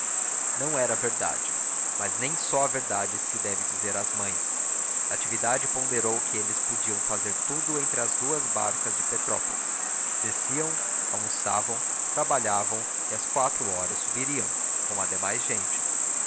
nada era verdade mas nem só a verdade se deve dizer às mães natividade ponderou que eles podiam fazer tudo entre as duas barcas de petrópolis desciam almoçavam trabalhavam e às quatro horas subiriam como a demais gente